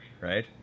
right